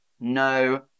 no